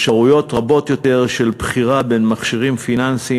אפשרויות רבות יותר של בחירה בין מכשירים פיננסיים